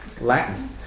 Latin